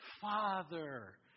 Father